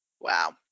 Wow